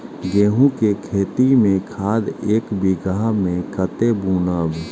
गेंहू के खेती में खाद ऐक बीघा में कते बुनब?